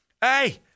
Hey